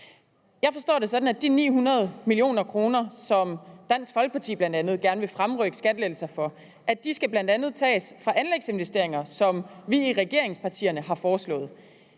Jeg forstår det sådan, at de 900 mio. kr., som Dansk Folkeparti bl.a. gerne vil fremrykke skattelettelser for, bl.a. skal tages fra anlægsinvesteringer, som vi i regeringspartierne har foreslået.